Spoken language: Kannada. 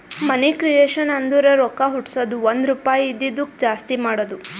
ಮನಿ ಕ್ರಿಯೇಷನ್ ಅಂದುರ್ ರೊಕ್ಕಾ ಹುಟ್ಟುಸದ್ದು ಒಂದ್ ರುಪಾಯಿ ಇದಿದ್ದುಕ್ ಜಾಸ್ತಿ ಮಾಡದು